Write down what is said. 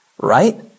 right